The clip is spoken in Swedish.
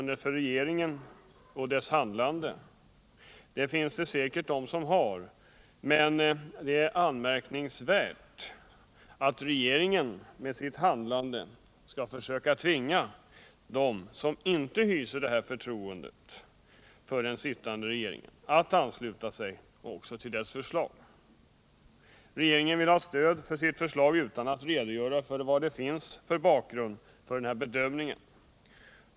Det finns säkert de som har förtroende för regeringen och dess handlande, men det är anmärkningsvärt att den sittande regeringen försöker tvinga dem som inte hyser detta förtroende för den att ansluta sig till dess förslag. Regeringen vill också ha stöd för sitt förslag utan att redogöra för bakgrunden till sin bedömning.